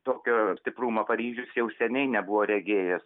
tokio stiprumo paryžius jau seniai nebuvo regėjęs